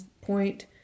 point